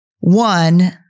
one